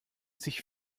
sich